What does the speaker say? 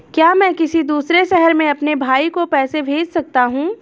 क्या मैं किसी दूसरे शहर में अपने भाई को पैसे भेज सकता हूँ?